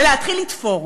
ולהתחיל לתפור.